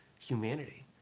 humanity